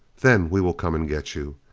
then we will come and get you.